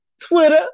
Twitter